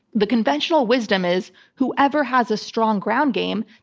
the conventional wisdom is whoever has a strong ground game,